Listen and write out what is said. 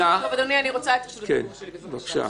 אדוני, אני רוצה את רשות הדיבור שלי, בבקשה.